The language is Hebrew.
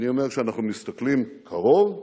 אני אומר, כשאנחנו מסתכלים קרוב ורחוק,